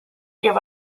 give